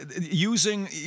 Using